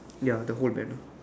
ya the whole banner